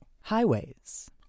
Highways